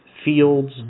Fields